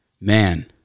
Man